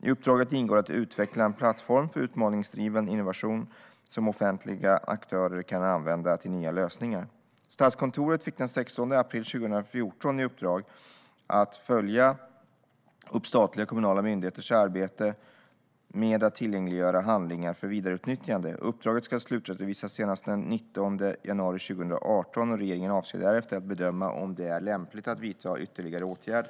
I uppdraget ingår att utveckla en plattform för utmaningsdriven innovation som offentliga aktörer kan använda till nya lösningar. Statskontoret fick den 16 april 2014 i uppdrag att följa upp statliga och kommunala myndigheters arbete med att tillgängliggöra handlingar för vidareutnyttjande. Uppdraget ska slutredovisas senast den 19 januari 2018, och regeringen avser därefter att bedöma om det är lämpligt att vidta ytterligare åtgärder.